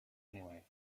anyway